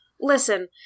Listen